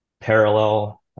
parallel